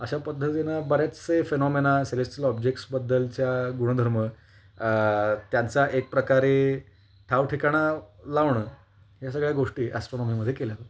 अशा पद्धतीनं बरेचसे फेनॉमिना सेलेस्टिल ऑब्जेक्टसबद्दलच्या गुणधर्म त्यांचा एक प्रकारे ठावठिकाणा लावणं ह्या सगळ्या गोष्टी ॲस्ट्रॉनॉमीमध्ये केल्या जातात